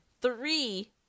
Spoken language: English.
Three